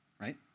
right